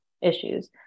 issues